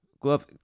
Glove